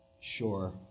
Sure